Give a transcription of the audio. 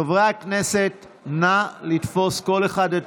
חברי הכנסת, נא לתפוס כל אחד את